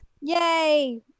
yay